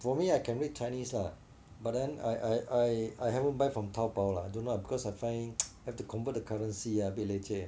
for me I can read chinese lah but then I I I I haven't buy from Taobao lah don't know lah because I find have to convert the currency ah a bit leh chey